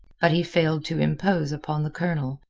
but he failed to impose upon the colonel,